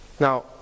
Now